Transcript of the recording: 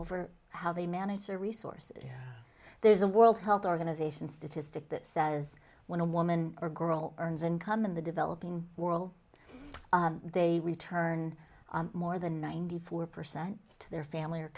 over how they manage their resources there's a world health organization statistic that says when a woman or girl earns income in the developing well they return more than ninety four percent to their family or